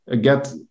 get